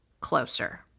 closer